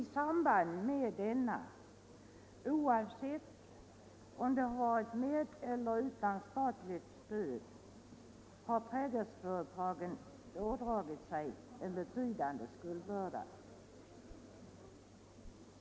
I samband med denna — oavsett om den skett med eller utan statligt stöd — har trädgårdsföretagen ådragit sig en betydande skuldbörda.